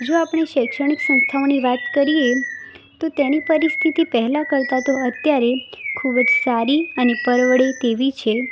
જો આપણી શૈક્ષણિક સંસ્થાઓની વાત કરીએ તો તેની પરિસ્થિતિ પહેલાં કરતાં તો અત્યારે ખૂબ જ સારી અને પરવડે તેવી છે